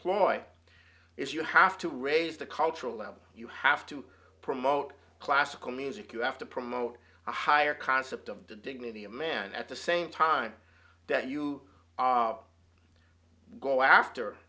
deploy is you have to raise the cultural level you have to promote classical music you have to promote a higher concept of the dignity of man at the same time that you are go after